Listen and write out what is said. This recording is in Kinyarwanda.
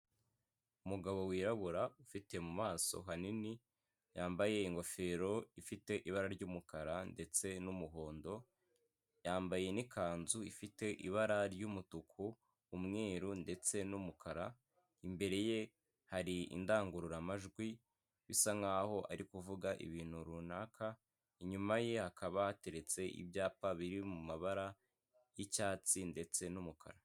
Umugabo wirabura ufite mu maso hanini, yambaye ingofero ifite ibara ry'umukara ndetse n'umuhondo, yambaye n'ikanzu ifite ibara ry'umutuku, umweru ndetse n'umukara, imbere ye hari indangururamajwi bisa nk'aho ari kuvuga ibintu runaka, inyuma ye hakaba hateretse ibyapa biri mu mabara y'icyatsi ndetse n'umukara.